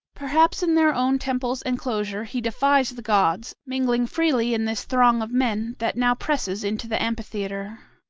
perhaps in their own temple's enclosure he defies the gods mingling freely in this throng of men that now presses into the amphitheatre.